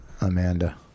Amanda